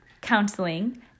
counseling